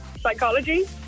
Psychology